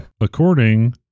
According